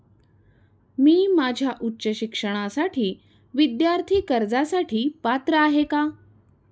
मी माझ्या उच्च शिक्षणासाठी विद्यार्थी कर्जासाठी पात्र आहे का?